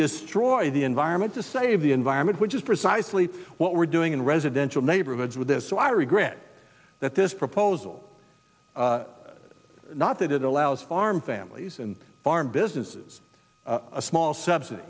destroy the environment to save the environment which is precisely what we're doing in residential neighborhoods with this so i regret that this proposal not that it allows farm families and farm businesses a small subs